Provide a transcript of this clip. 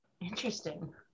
Interesting